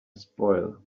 spoil